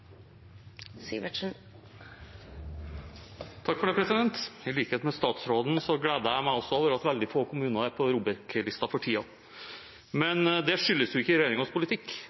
Sivertsen – til oppfølgingsspørsmål. I likhet med statsråden gleder jeg meg over at veldig få kommuner er på ROBEK-listen for tiden. Men det skyldes jo ikke regjeringens politikk,